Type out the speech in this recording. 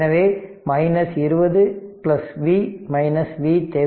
எனவே 20 V VThevenin 0